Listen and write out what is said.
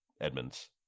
Edmonds